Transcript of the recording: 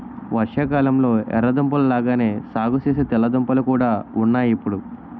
వర్షాకాలంలొ ఎర్ర దుంపల లాగానే సాగుసేసే తెల్ల దుంపలు కూడా ఉన్నాయ్ ఇప్పుడు